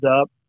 up